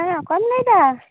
ᱦᱮᱸ ᱚᱠᱚᱭᱮᱢ ᱞᱟᱹᱭᱮᱫᱟ